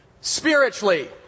spiritually